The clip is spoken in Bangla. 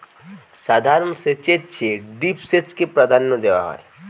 সাধারণ সেচের চেয়ে ড্রিপ সেচকে প্রাধান্য দেওয়া হয়